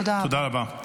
תודה רבה.